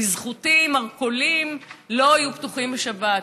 בזכותי מרכולים לא יהיו פתוחים בשבת.